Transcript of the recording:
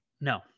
No